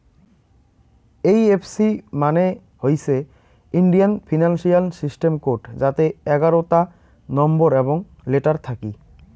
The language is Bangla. এই এফ সি মানে হইসে ইন্ডিয়ান ফিনান্সিয়াল সিস্টেম কোড যাতে এগারোতা নম্বর এবং লেটার থাকি